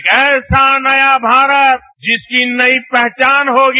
एक ऐसा नया भारत जिसकी नयी पहचान होगी